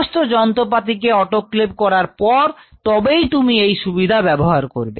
সমস্ত যন্ত্রপাতিকে অটোক্লেভ করার পর তবেই তুমি এই সুবিধা ব্যবহার করবে